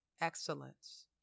excellence